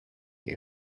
knew